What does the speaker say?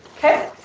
okay.